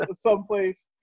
someplace